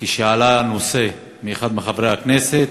כשהנושא עלה מאחד מחברי הכנסת,